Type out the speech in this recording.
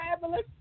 Fabulous